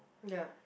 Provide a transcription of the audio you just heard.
ya